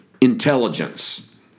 intelligence